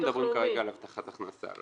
אנחנו מדברים כרגע על הבטחת הכנסה,